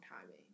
timing